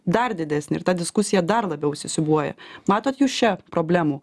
dar didesnį ir ta diskusija dar labiau įsisiūbuoja matot jūs čia problemų